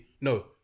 No